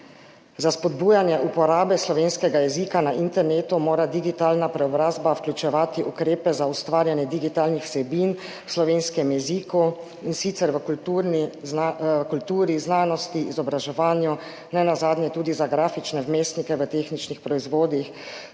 »Za spodbujanje uporabe slovenskega jezika na internetu mora digitalna preobrazba vključevati ukrepe za ustvarjanje digitalnih vsebin v slovenskem jeziku, in sicer v kulturi, znanosti, izobraževanju, nenazadnje tudi za grafične vmesnike v tehničnih proizvodih.